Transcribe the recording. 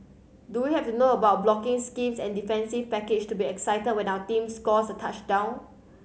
do we have to know about blocking schemes and defensive packages to be excited when our team scores a touchdown